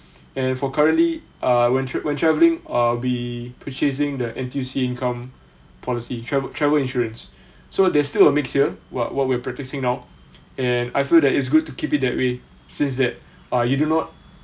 and for currently uh when tra~ when travelling I'll be purchasing the N_T_U_C income policy travel travel insurance so there's still a mix here what what we're practicing now and I feel that it's good to keep it that way since that uh you do not